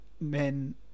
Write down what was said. men